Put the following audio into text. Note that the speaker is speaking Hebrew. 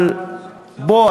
בוא,